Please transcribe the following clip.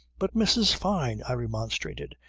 but, mrs. fyne, i remonstrated,